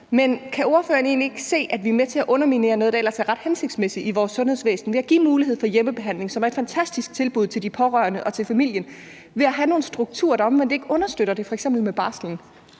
men kan ministeren egentlig ikke se, at vi er med til at underminere noget, der ellers er ret hensigtsmæssigt i vores sundhedsvæsen, nemlig det at give muligheden for hjemmebehandling, som er et fantastisk tilbud til de pårørende og til familien, ved at have nogle strukturer, der omvendt ikke understøtter det, f.eks. med barslen?